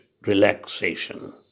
relaxation